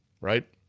right